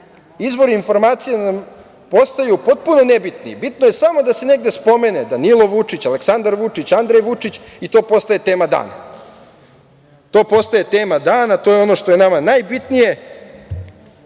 informacija nam postaju potpuno nebitni, bitno je samo da se negde spomene Danilo Vučić, Aleksandar Vučić, Andrej Vučić i to postaje tema dana. To postaje tema dana, to je ono što je nama najbitnije,